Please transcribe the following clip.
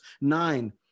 nine